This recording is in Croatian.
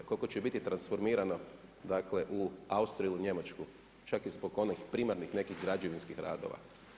A koliko će bit transformirana dakle u Austriju, u Njemačku čak i zbog onih primarnih nekih građevinskih radova.